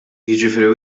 jiġifieri